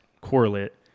correlate